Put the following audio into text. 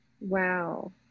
Wow